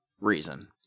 Reason